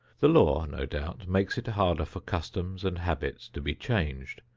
the law, no doubt, makes it harder for customs and habits to be changed,